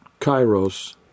kairos